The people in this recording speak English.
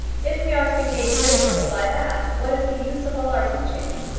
if we are to be made miserable by that, what is the use of all our teaching?